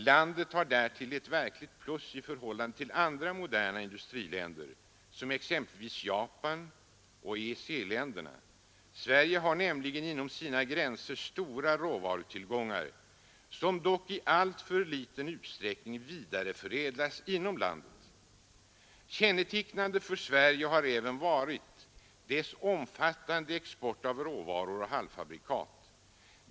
Landet har därtill ett verkligt plus i förhållande till andra moderna industriländer som exempelvis Japan och EEC-länderna. Sverige har nämligen inom sina gränser stora råvarutillgångar, som dock i alltför liten utsträckning vidareförädlas inom landet. Kännetecknande för Sverige har även varit dess omfattande export av råvaror och halvfabrikat.